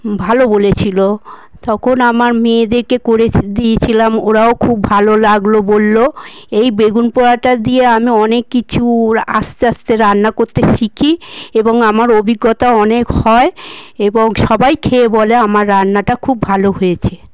ভালো বলেছিলো তখন আমার মেয়েদেরকে করেছি দিইছিলাম ওরাও খুব ভালো লাগলো বললো এই বেগুন পোড়াটা দিয়ে আমি অনেক কিছুর আস্তে আস্তে রান্না করতে শিখি এবং আমার অভিজ্ঞতা অনেক হয় এবং সবাই খেয়ে বলে আমার রান্নাটা খুব ভালো হয়েছে